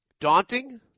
daunting